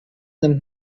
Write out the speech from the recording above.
nimmt